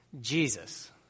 Jesus